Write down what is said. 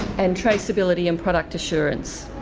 and traceability and product assurance.